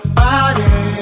body